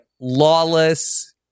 lawless